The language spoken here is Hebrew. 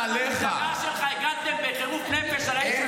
אתה והמפלגה שלך הגנתם בחירוף נפש על האיש הזה.